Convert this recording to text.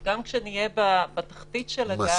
גם כשנהיה בתחתית של הגל,